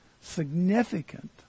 significant